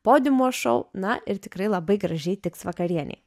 podiumo šou na ir tikrai labai gražiai tiks vakarienei